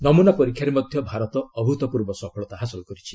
ନମ୍ରନା ପରୀକ୍ଷାରେ ମଧ୍ୟ ଭାରତ ଅଭ୍ରତ୍ପର୍ବ ସଫଳତା ହାସଲ କରିଛି